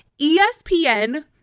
ESPN